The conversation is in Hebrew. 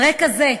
על רקע זה,